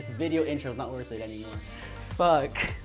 video intros not worth it anymore but